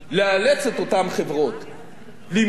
למשוך את כל הרווחים והדיבידנדים שלהן,